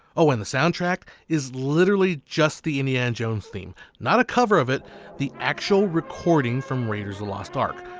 oh and the soundtrack is literally just the indiana jones theme not a cover of it the actual recording frome raiders of the lost ark.